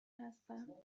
هستم